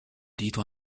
dito